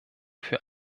für